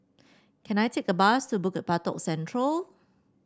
can I take a bus to Bukit Batok Central